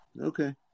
Okay